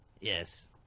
Yes